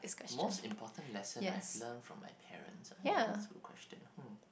most important lesson I have learnt from my parents ah ya that's a good question hmm